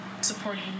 supporting